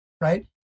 right